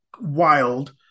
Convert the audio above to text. wild